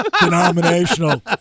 denominational